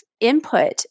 input